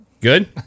Good